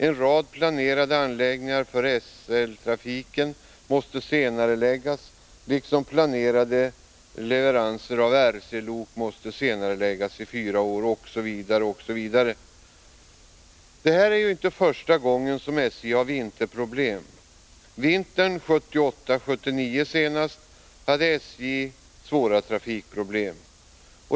En rad planerade anläggningar för SL-trafiken måste senareläggas, planerade leveranser av RC-lok måste senareläggas i fyra år osv. Det är inte första gången som SJ har vinterproblem. Senast vintern 1978-1979 hade SJ svåra trafikproblem.